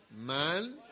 Man